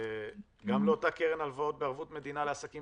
גם לאותה קרן הלוואות בערבות מדינה לעסקים